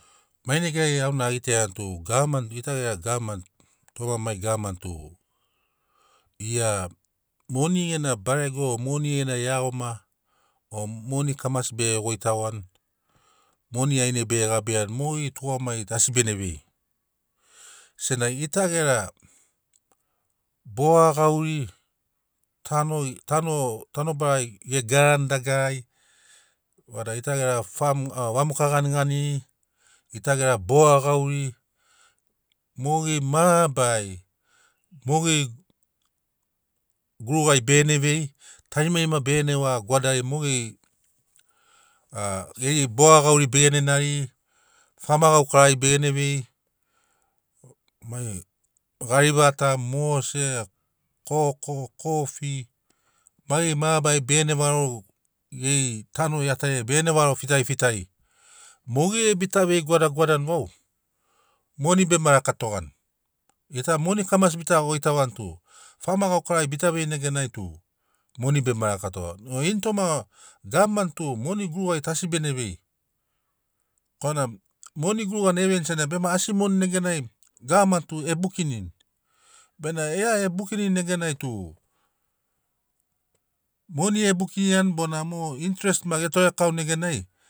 Mai nega auna a gitaiani tu gavamani gita gera gavamani toma mai gavamani tu moni gena barego o moni gena iagoma o moni kamasi bege goitagoani moni ainai bege gabiani mogeri tugamagiri asi bene vei senagi gita gera boga gauri tanoi tano tanobarai ge garani dagarari vada gita gera fam o vamoka ganiganiri gita gera boga gauri mogeri mabarari mogeri gurugari begene vei tarimarima begene vaga goadari mogeri a geri boga gauri begene nariri fama gaukarari begene vei mai garivata, mose, koko, kofi maigeri mabarari begene varo geri tano iatariai begene varo fitarifitari. Mogeri bita vei goada goadani vau moni bema laka togani gita moni kamasi bita goitagoni tu fama gaukarari bita veini neganai tu moni bema lakatogani o ini toma gavamani tu moni gurugari tu asi bene vei korana moni gurugana e veini senagi asi moni neganai gavamani tu e bukinini benamo gia e bukinini neganai tu moni e bukinini benamo mo intrest maki ge torekauni neganai